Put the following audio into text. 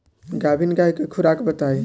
गाभिन गाय के खुराक बताई?